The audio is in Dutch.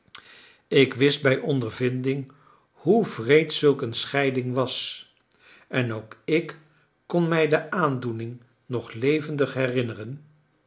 ik wist bij ondervinding hoe wreed zulk een scheiding was en ook ik kon mij de aandoening nog levendig herinneren